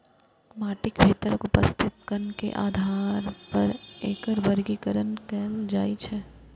माटिक भीतर उपस्थित कण के आधार पर एकर वर्गीकरण कैल जाइ छै